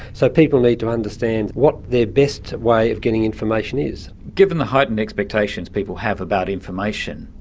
so people need to understand what their best way of getting information is. given the heightened expectations people have about information,